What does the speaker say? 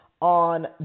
on